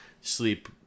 sleep